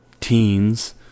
teens